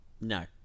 No